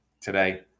today